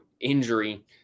injury